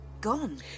gone